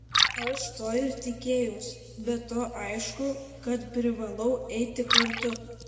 aš to ir tikėjausi be to aišku kad privalau eiti kartu